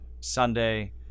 Sunday